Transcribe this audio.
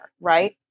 right